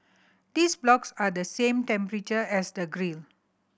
these blocks are the same temperature as the grill